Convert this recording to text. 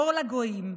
אור לגויים,